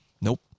Nope